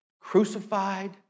crucified